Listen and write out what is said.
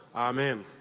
amen.